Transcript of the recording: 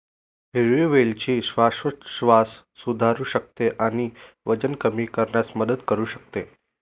हिरवी वेलची श्वासोच्छवास सुधारू शकते आणि वजन कमी करण्यास मदत करू शकते